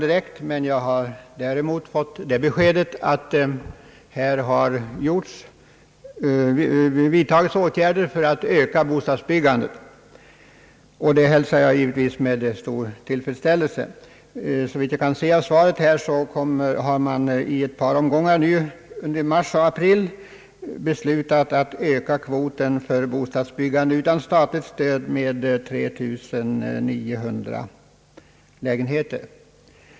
Däremot har jag fått det beskedet att man vidtagit åtgärder för att öka bostadsbyggandet, och det hälsar jag givetvis med tillfredsställelse. Såvitt jag kan se av svaret har man i ett par omgångar under mars och april beslutat öka kvoten för bostadsbyggande utan statligt stöd med 3 900 lägenheter.